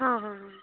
हां हां हां